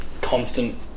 constant